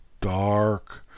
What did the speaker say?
dark